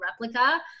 replica